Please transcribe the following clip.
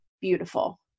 beautiful